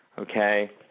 Okay